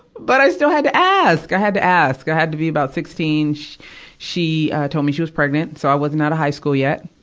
but i still had to ask. i had to ask. i had to be about sixteen. she she me she was pregnant, so i wasn't out of high school yet,